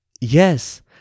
Yes